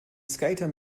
skater